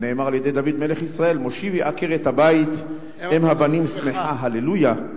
כנאמר על-ידי דוד מלך ישראל: "מושיבי עקרת הבית אם הבנים שמחה הללויה",